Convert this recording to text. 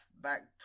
back